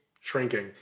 Shrinking